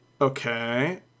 Okay